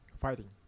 Fighting